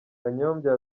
kanyombya